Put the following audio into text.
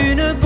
Une